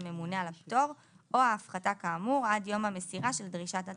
הממונה על הפטור או ההפחתה כאמור עד יום המסירה של דרישת התשלום.